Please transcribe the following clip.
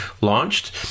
launched